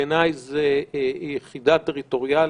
בעיני זאת יחידה טריטוריאלית,